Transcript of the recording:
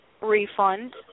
refund